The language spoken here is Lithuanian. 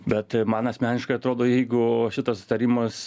bet man asmeniškai atrodo jeigu šitas sutarimas